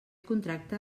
contracte